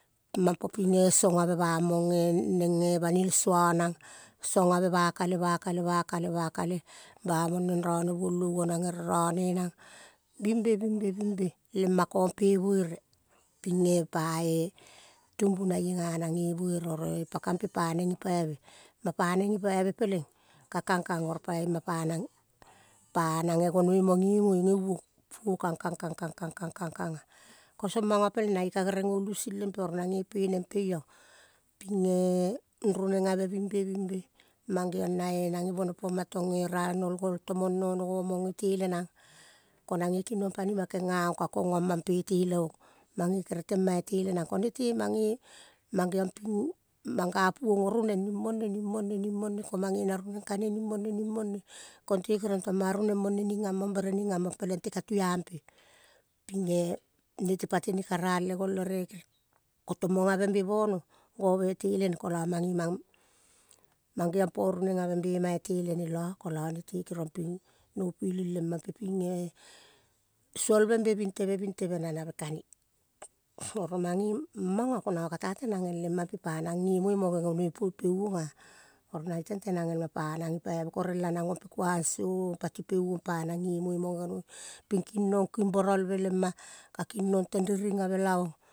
Mam po ping eh. Song ave bamong e neng eh baniel soa neng, song ave bamong e neng eh baniel soa neng, song ave pa kalae va kale va-kale ba mong neng rone voloi onang ere rone nang bing be, bing be, bing be lem ma kong pe buere ping eh. Pa-eh tumbunaie ka-nang ge buere oro eh pa-kam pe paneng gi-paive ma paneng gipave peleng, kakang kang oro pa emma panang, panang gegonoi mo giemoi ge-uong puo, kang kang, kang, kang, kang, kang, kang, kang. Eh. Ko-song mango peleng nang ge ka gerel go lusil lem pe, oro nange penem pei ong ping eh roneng bing be, bing be, mangeong na-e nange bone po-ma tong eh. Ral nol gol tomong nono go-mong i te lenang ko-nang-ge kinong panima genga ong ka kng ma pe itele ong mange kere tem ma itele nang, ko nete mange, mang geong ping mang gapuong o-roneng nng mone ning mone ning mone ko. Mange na roneng kane ning mone ning mone ko-nete kerong tong manga roneng ning am-mong bere ning am-mong peleng te ka tuam pe. Ping eh nete pa tene ka-ral le gol ere ko. Tomong avem be bono gove tele ne kolo mange mang mangeong po roneng ave mai telene lo nete kerong ping no piling lemam pe ping eh. Suovem be bing teve na nave ka-ne, oro mange mongo ko-nange ge kata tenang el eh mam pe nang gemoi mo gegonoi pe uong ah. Oro nange teng tenang el ma pa nang gipaive korel kanang. Om gegoni ping kinong kim borolve lem-ma ka-kinong. teng riring ave laong.